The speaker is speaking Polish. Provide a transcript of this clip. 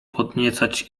podniecać